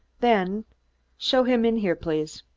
then show him in here, please.